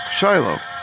Shiloh